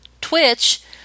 Twitch